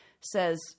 says